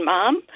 Mom